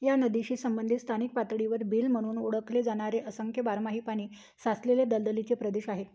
या नदीशी संबंधित स्थानिक पातळीवर बिल म्हणून ओळखले जाणारे असंख्य बारमाही पाणी साचलेले दलदलीचे प्रदेश आहेत